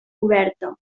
coberta